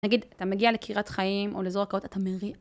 נגיד אתה מגיע לקרית חיים או לזורקות אתה מבין.